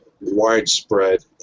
widespread